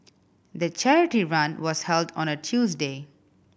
the charity run was held on a Tuesday